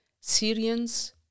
Syrians